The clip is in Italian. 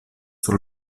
sul